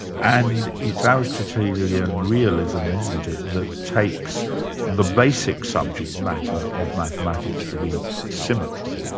and it's ah aristotelian realism isn't it that takes the basic subject matter of mathematics to be symmetry?